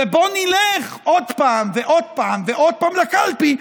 בוא נלך עוד פעם ועוד פעם ועוד פעם לקלפי,